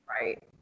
Right